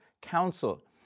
council